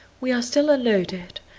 we are still unloaded,